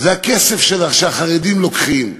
זה הכסף שהחרדים לוקחים.